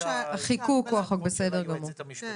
שכאן הכוונה הייתה לשני מבחנים אחרים,